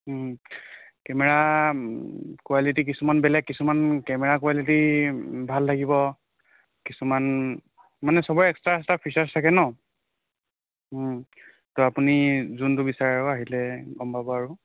camera quality কিছুমান বেলেগ কিছুমান কেমেৰা কুৱালিটি ভাল থাকিব কিছুমান মানে সবৰে এক্সট্ৰা এক্সট্ৰা ফিচাৰ্চ থাকে ন তো আপুনি যোনটো বিচাৰে আহিলে গম পাব আৰু